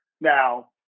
Now